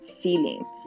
feelings